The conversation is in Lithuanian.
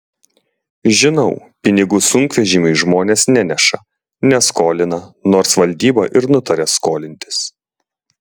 žinau pinigų sunkvežimiui žmonės neneša neskolina nors valdyba ir nutarė skolintis